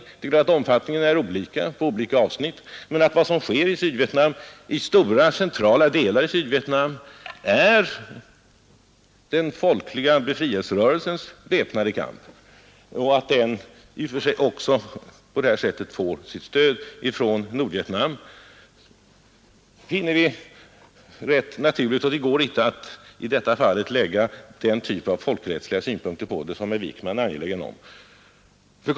Det är klart att det sker i olika omfattning på olika avsnitt; men vad som sker i centrala delarna av Sydvietnam är den folkliga befrielserörelsens väpnade kamp och att den på olika vägar får stöd från Nordvietnam finner vi rätt naturligt. Man kan inte lägga den typ av folkrättsliga synpunkter på detta som herr Wijkman är angelägen om att göra.